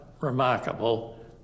remarkable